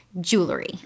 jewelry